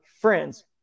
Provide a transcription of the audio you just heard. friends